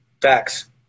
Facts